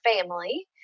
family